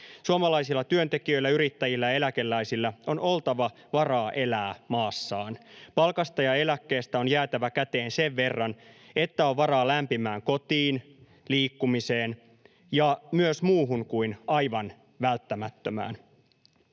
Suomalaisilla työntekijöillä, yrittäjillä ja eläkeläisillä on oltava varaa elää maassaan. Palkasta ja eläkkeestä on jäätävä käteen sen verran, että on varaa lämpimään kotiin, liikkumiseen ja myös muuhun kuin aivan välttämättömään.